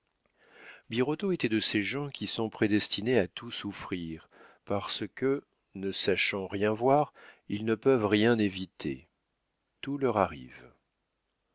birotteau était de ces gens qui sont prédestinés à tout souffrir parce que ne sachant rien voir ils ne peuvent rien éviter tout leur arrive